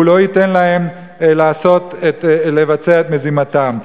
והוא לא ייתן להם לבצע את מזימתם.